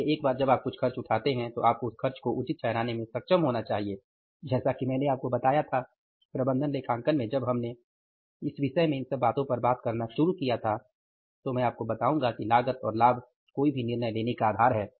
इसलिए एक बार जब आप कुछ खर्च उठाते हैं तो आपको उस खर्च को उचित ठहराने में सक्षम होना चाहिए जैसा कि मैंने आपको बताया था कि प्रबंधन लेखांकन में जब हमने इस विषय में इन सब बातों पर बात करना शुरू किया था तो मैं आपको बताऊंगा कि लागत और लाभ कोई भी निर्णय लेने का आधार है